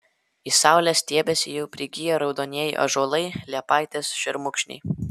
į saulę stiebiasi jau prigiję raudonieji ąžuolai liepaitės šermukšniai